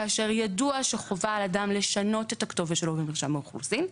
כאשר ידוע שחובה על אדם לשנות את הכתובת שלו במרשם האוכלוסין,